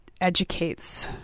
educates